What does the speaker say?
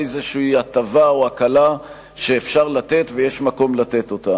איזושהי הטבה או הקלה שאפשר לתת ויש מקום לתת אותה.